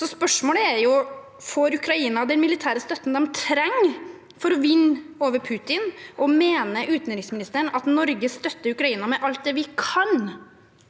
Spørsmålene er: Får Ukraina den militære støtten de trenger for å vinne over Putin, og mener utenriksministeren at Norge støtter Ukraina med alt det vi kan?